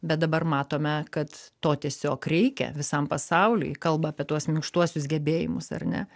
bet dabar matome kad to tiesiog reikia visam pasauliui kalba apie tuos minkštuosius gebėjimus ar ne